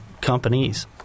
companies